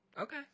Okay